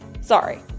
Sorry